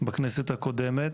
בכנסת הקודמת